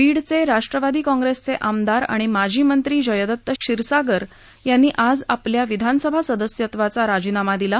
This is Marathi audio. बीडचे राष्ट्रवादी काँग्रेसचे आमदार आणि माजी मंत्री जयदत्त क्षीरसागर यांनी आज आपल्या विधानसभा सदस्यत्वचा राजीनामा दिला